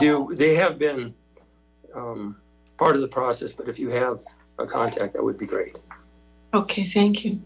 do they have been part of the process but if you have a contact that would be great ok thank you